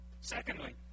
Secondly